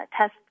test